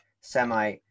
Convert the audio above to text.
semi